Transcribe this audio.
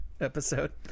episode